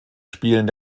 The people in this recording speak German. spielen